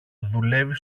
δουλεύει